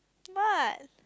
what